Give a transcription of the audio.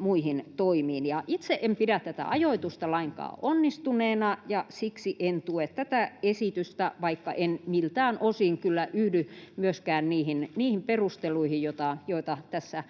muihin toimiin. Itse en pidä tätä ajoitusta lainkaan onnistuneena, ja siksi en tue tätä esitystä, vaikka en miltään osin kyllä yhdy myöskään niihin perusteluihin, joita tässä